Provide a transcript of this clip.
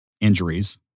injuries